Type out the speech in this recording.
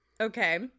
Okay